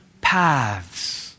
paths